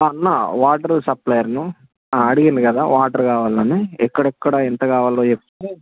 అన్నా వాటర్ సప్లయర్ను అడిగారు కదా వాటర్ కావాలని ఎక్కడెక్కడ ఎంత కావాల్నో చెప్తే